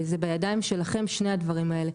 זה בידיים שלכם שני הדברים האלה.